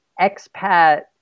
expat